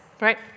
right